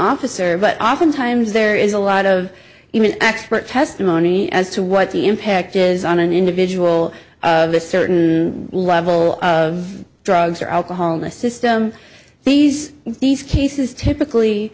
officer but oftentimes there is a lot of human expert testimony as to what the impact is on an individual a certain level of drugs or alcohol in a system these these cases typically